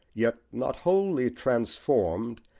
yet not wholly transformed,